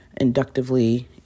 inductively